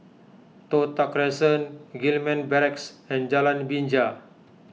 Toh Tuck Crescent Gillman Barracks and Jalan Binja